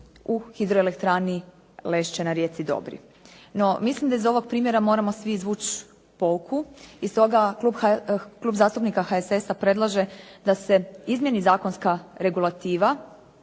u hidroelektrani Lešće na rijeci Dobri. No, mislim da iz ovog primjera moramo svi izvući pouku i stoga Klub zastupnika HSS-a predlaže da se izmijeni zakonska regulativa